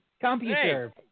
Computer